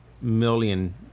million